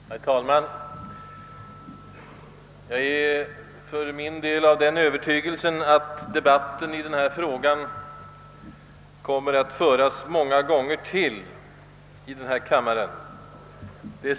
Herr talman! Jag är för min del av den övertygelsen att denna fråga kommer att debatteras ytterligare många gånger här i kammaren.